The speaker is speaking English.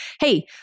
hey